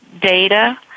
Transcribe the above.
data